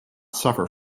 suffer